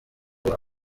aba